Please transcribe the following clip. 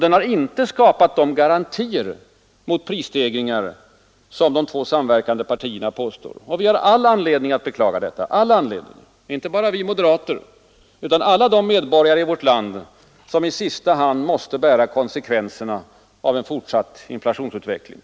Den har inte skapat de garantier mot prisstegringar som de två samverkande partierna påstår. Vi har all anledning att beklaga detta — inte bara vi moderater, utan alla de medborgare i vårt land som i sista hand måste bära konsekvenserna av en fortsatt inflationistisk utveckling.